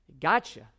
gotcha